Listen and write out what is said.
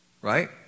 Right